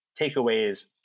takeaways